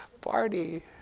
Party